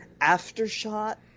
after-shot